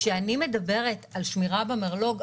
כשאני מדברת על שמירה במרלוג,